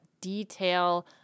detail